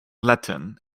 latin